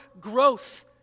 growth